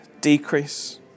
decrease